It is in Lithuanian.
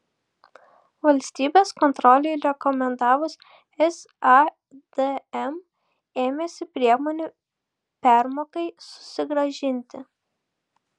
valstybės kontrolei rekomendavus sadm ėmėsi priemonių permokai susigrąžinti